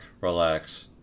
relax